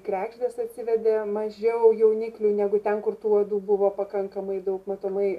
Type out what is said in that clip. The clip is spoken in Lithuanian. kregždės atsivedė mažiau jauniklių negu ten kur tų uodų buvo pakankamai daug matomai